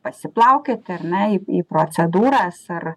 pasiplaukiot ar ne į procedūras ar